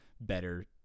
better